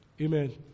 Amen